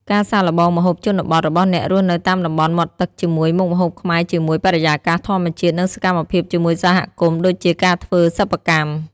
ការសាកល្បងម្ហូបជនបទរបស់អ្នករស់នៅតាមតំបន់មាត់ទឹកជាមួយមុខម្ហូបខ្មែរជាមួយបរិកាសធម្មជាតិ និងសកម្មភាពជាមួយសហគមន៍ដូចជាការធ្វើសិប្បកម្ម។